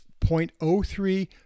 0.03%